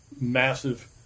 massive